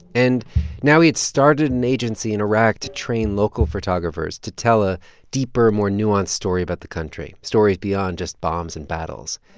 and now he had started an agency in iraq to train local photographers to tell a deeper, more nuanced story about the country, stories beyond just bombs and battles.